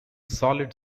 solid